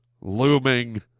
looming